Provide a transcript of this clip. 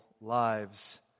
lives